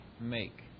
make